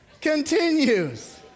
continues